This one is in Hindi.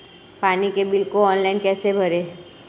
पानी के बिल को ऑनलाइन कैसे भरें?